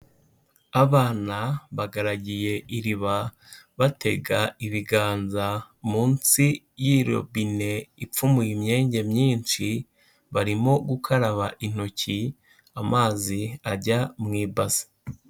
Abana bagaragiye iriba batega ibiganza munsi y'irobine ipfumuye imyenge myinshi, barimo gukaraba intoki, amazi ajya mu ibasi.